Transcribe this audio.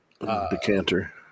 decanter